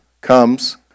comes